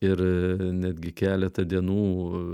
ir netgi keletą dienų